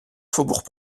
faubourg